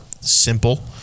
simple